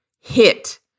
hit